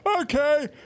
okay